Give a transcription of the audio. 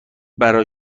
برا